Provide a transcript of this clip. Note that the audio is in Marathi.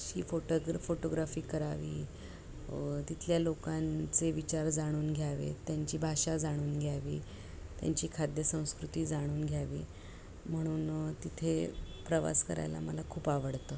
शी फोटोग्र फोटोग्राफी करावी तिथल्या लोकांचे विचार जाणून घ्यावे त्यांची भाषा जाणून घ्यावी त्यांची खाद्य संस्कृती जाणून घ्यावी म्हणून तिथे प्रवास करायला मला खूप आवडतं